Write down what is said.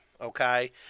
okay